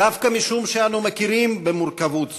דווקא משום שאנו מכירים במורכבות זו,